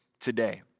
today